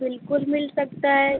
बिल्कुल मिल सकता है